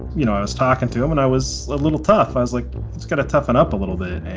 you know i was talking to him and i was a little tough. i was like it's gonna toughen up a little bit